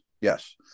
yes